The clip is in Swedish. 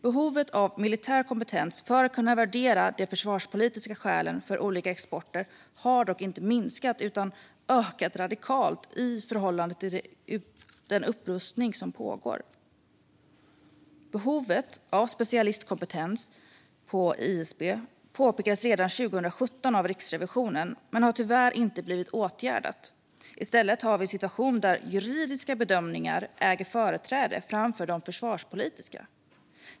Behovet av militär kompetens för att kunna värdera de försvarspolitiska skälen för olika exporter har dock inte minskat utan ökat radikalt i förhållande till den upprustning som pågår. Redan 2017 pekade Riksrevisionen på behovet av specialistkompetens på ISP, men tyvärr har det inte blivit åtgärdat. I stället har vi en situation där juridiska bedömningar äger företräde framför försvarspolitiska.